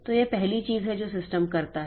तो यह पहली चीज है जो सिस्टम करता है